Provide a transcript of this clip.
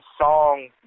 song